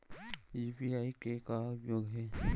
UPI के का उपयोग हे?